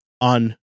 on